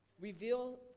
Reveal